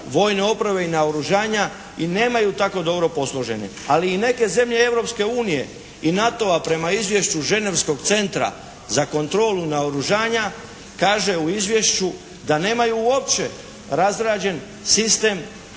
vojne opreme i naoružanja i nemaju tako dobro posložene, ali i neke zemlje Europske unije i NATO-a prema izvješću ženevskog Centra za kontrolu naoružanja, kaže u izvješću da nemaju uopće razrađen sistem